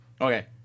okay